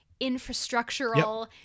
infrastructural